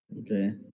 Okay